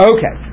Okay